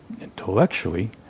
intellectually